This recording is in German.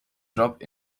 job